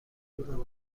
بودن